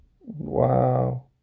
Wow